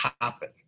happen